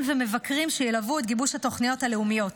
ומבקרים שילוו את גיבוש התוכניות הלאומיות,